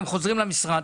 אתם חוזרים למשרד,